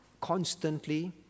Constantly